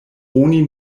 oni